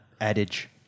adage